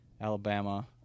Alabama